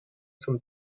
zum